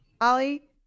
Ali